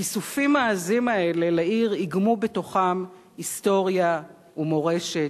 הכיסופים העזים האלה לעיר איגמו בתוכם היסטוריה ומורשת,